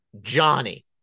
Johnny